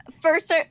First